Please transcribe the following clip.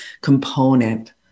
component